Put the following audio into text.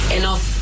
enough